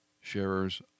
sharers